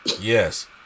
Yes